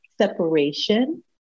separation